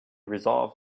resolved